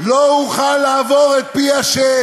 לא אוכל לעבר את פי ה'"